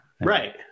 right